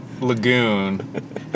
Lagoon